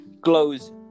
glows